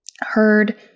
heard